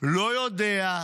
לא יודע,